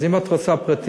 אז אם את רוצה פרטים,